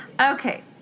Okay